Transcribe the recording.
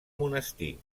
monestir